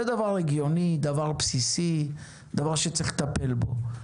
זה דבר הגיוני, דבר בסיסי, דבר שצריך לטפל בו.